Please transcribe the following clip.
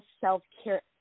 self-care